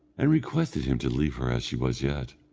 and requested him to leave her as she was yet.